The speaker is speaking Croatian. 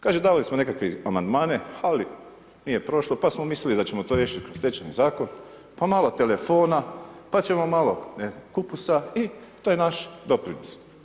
Kaže davali smo nekakve amandmane, ali nije prošlo, pa smo mislili da ćemo to riješiti kroz Stečajni zakon, pa malo telefona, pa ćemo malo kupusa, i to je naš doprinos.